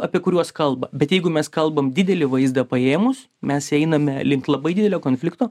apie kuriuos kalba bet jeigu mes kalbam didelį vaizdą paėmus mes einame link labai didelio konflikto